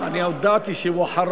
כסף.